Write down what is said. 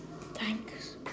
Thanks